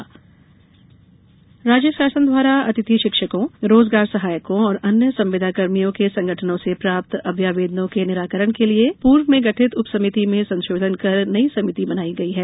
समिति गठन राज्य शासन द्वारा अतिथि शिक्षकों रोजगार सहायकों और अन्य संविदाकर्मियों के संगठनों से प्राप्त अभ्यावेदनों के निराकरण के लिये पूर्व में गठित उपसमिति में संशोधन कर नई समिति बनाई गई है